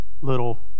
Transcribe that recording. little